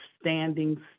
standing